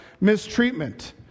mistreatment